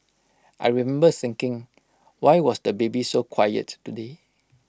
I remember thinking why was the baby so quiet today